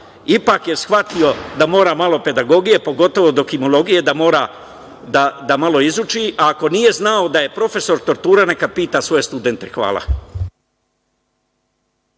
ipak je shvatio da mora malo malo pedagogije, pogotovo do kimologije da mora malo da malo izuči, a ako nije znao da je profesor tortura neka pita svoje studente. Hvala.